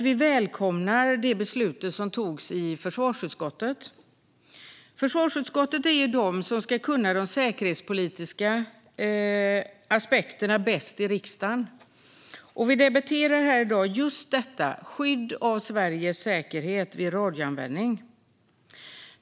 Vi välkomnar det beslut som tagits i försvarsutskottet, som ju är de som ska kunna de säkerhetspolitiska aspekterna bäst i riksdagen. Och det vi debatterar här i dag är ju precis detta: skydd av Sveriges säkerhet vid radioanvändning.